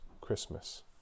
Christmas